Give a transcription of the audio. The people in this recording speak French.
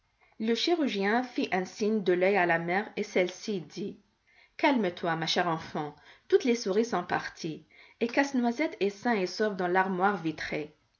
le chirurgien fit un signe de l'œil à la mère et celle-ci dit calme-toi ma chère enfant toutes les souris sont parties et casse-noisette est sain et sauf dans l'armoire vitrée